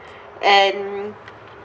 and